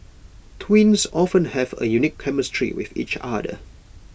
twins often have A unique chemistry with each other